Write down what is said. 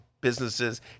businesses